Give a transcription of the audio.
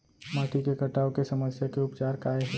माटी के कटाव के समस्या के उपचार काय हे?